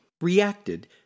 reacted